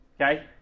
okay